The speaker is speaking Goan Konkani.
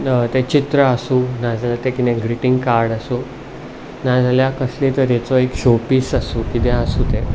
तें चीत्र आसूं ना जाल्यार तें कितें ग्रिटिंग कार्ड आसूं ना जाल्यार कसले तरेचो एक शॉपीस आसूं कितेंय आसूं तें